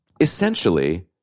Essentially